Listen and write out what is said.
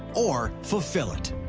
or fulfill it?